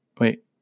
wait